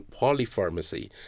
polypharmacy